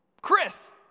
Chris